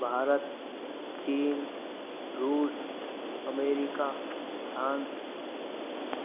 भारत चीन रूस America France